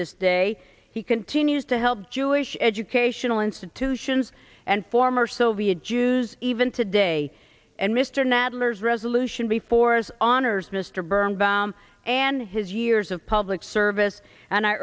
this day he continues to help jewish educational institutions and former soviet jews even today and mr knabb murs resolution before us honors mr birnbaum and his years of public service and i